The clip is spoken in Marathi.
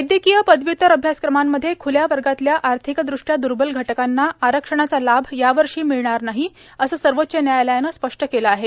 वैदयकीय पदव्युत्तर अभ्यासक्रमांमध्ये खुल्या वर्गातल्या आर्थिकृष्ट्या दुर्बल घटकांना आरक्षणाचा लाभ मिळणार नाही असं सर्वोच्च न्यायालयानं स्पष्ट केलं आहे